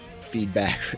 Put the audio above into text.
feedback